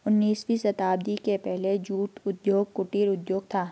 उन्नीसवीं शताब्दी के पहले जूट उद्योग कुटीर उद्योग था